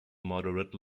moderate